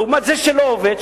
לעומת זה שלא עובד,